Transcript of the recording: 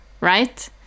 right